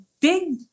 big